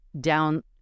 down